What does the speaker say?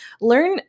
learn